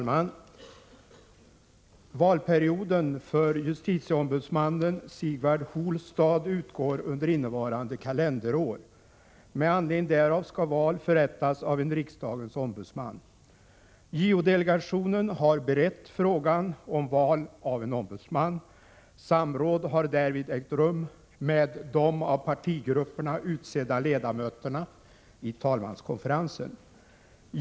Herr talman! Valperioden för justitieombudsmannen Sigvard Holstad 5; utgår under innevarande kalenderår. Med anledning därav skall val förättas av en riksdagens ombudsman. JO-delegationen har berett frågan om val av en ombudsman. Samråd har därvid ägt rum med de av partigrupperna utsedda ledmöterna i talmanskonferensen.